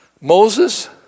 Moses